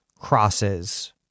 crosses